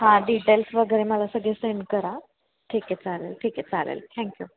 हां डिटेल्स वगैरे मला सगळे सेंड करा ठीक आहे चालेल ठीक आहे चालेल थँक्यू